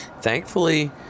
thankfully